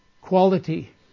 quality